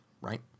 right